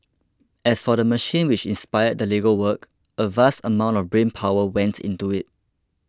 as for the machine which inspired the Lego work a vast amount of brain power went into it